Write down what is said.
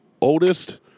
Oldest